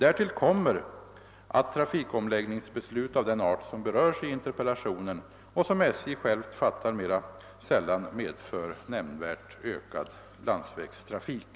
Därtill kommer att trafikomläggningsbeslut av den art som berörs i interpellationen och som SJ självt fattar mera sällan -:medför nämnvärt ökad landsvägstrafik.